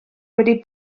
wedi